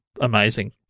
amazing